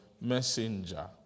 messenger